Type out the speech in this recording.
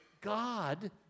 God